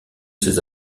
ces